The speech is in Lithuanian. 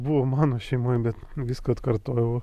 buvo mano šeimoj bet viską atkartojau